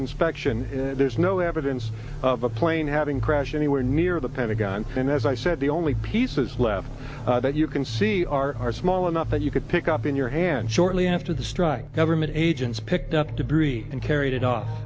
inspection there's no evidence of a plane having crashed anywhere near the pentagon and as i said the only pieces left that you can see are small enough that you could pick up in your hand shortly after the strike government agents picked up debris and carried it off